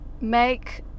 make